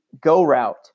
go-route